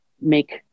make